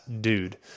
dude